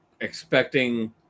expecting